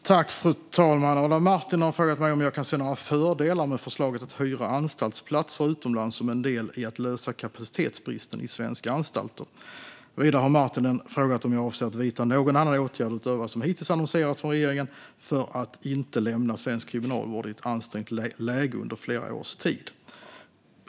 Fru talman! Adam Marttinen har frågat mig om jag kan se några fördelar med förslaget att hyra anstaltsplatser utomlands som en del i att lösa kapacitetsbristen i svenska anstalter. Vidare har Marttinen frågat om jag avser att vidta någon annan åtgärd utöver vad som hittills annonserats från regeringen för att inte lämna svensk kriminalvård i ett ansträngt läge under flera års tid.